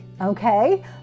okay